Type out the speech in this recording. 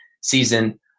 season